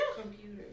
computer